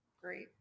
great